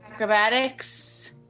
Acrobatics